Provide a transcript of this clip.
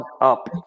up